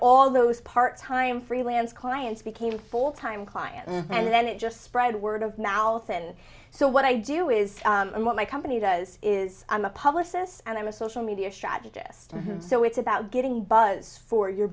all those part time freelance clients became fulltime clients and then it just spread word of mouth and so what i do is and what my company does is i'm a publicist and i'm a social media strategist so it's about getting buzz for your